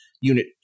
Unit